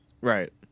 right